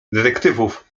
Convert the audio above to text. detektywów